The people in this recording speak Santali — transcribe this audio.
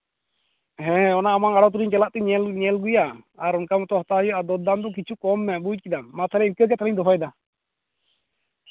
ᱥᱮ ᱚᱱᱟ ᱟᱢᱟᱝ ᱟᱲᱚᱛ ᱨᱤᱧ ᱪᱟᱞᱟᱜ ᱛᱮ ᱧᱮᱞ ᱧᱮᱞ ᱟᱹᱜᱩᱭᱟ ᱟᱨ ᱚᱱᱠᱟ ᱢᱚᱛᱚ ᱦᱟᱛᱟᱣ ᱦᱩᱭᱩᱜᱼᱟ ᱫᱚᱨᱫᱟᱢ ᱫᱚ ᱠᱤᱪᱷᱩ ᱠᱚᱢ ᱢᱮ ᱵᱩᱡᱽ ᱠᱮᱫᱟᱢ ᱢᱟ ᱛᱟᱦᱞᱮ ᱤᱱᱠᱟᱹ ᱜᱮ ᱛᱟᱦᱞᱮᱧ ᱫᱚᱦᱚᱭᱫᱟ